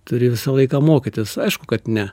turi visą laiką mokytis aišku kad ne